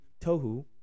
Tohu